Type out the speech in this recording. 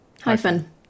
Hyphen